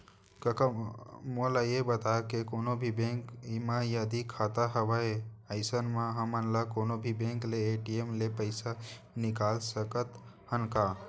कका मोला ये बता के कोनों भी बेंक म यदि खाता हवय अइसन म हमन ह कोनों भी बेंक के ए.टी.एम ले पइसा निकाल सकत हन का?